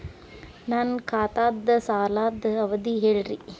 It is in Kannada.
ನನ್ನ ಖಾತಾದ್ದ ಸಾಲದ್ ಅವಧಿ ಹೇಳ್ರಿ